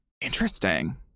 Interesting